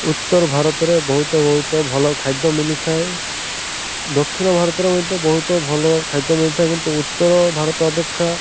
ଉତ୍ତର ଭାରତରେ ବହୁତ ବହୁତ ଭଲ ଖାଦ୍ୟ ମିଳିଥାଏ ଦକ୍ଷିଣ ଭାରତରେ ମଧ୍ୟ ବହୁତ ଭଲ ଖାଦ୍ୟ ମିିଳିଥାଏ କିନ୍ତୁ ଉତ୍ତର ଭାରତ ଅପେକ୍ଷା